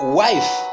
wife